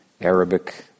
Arabic